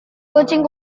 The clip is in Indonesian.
kucing